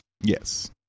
Yes